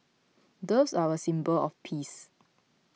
doves are a symbol of peace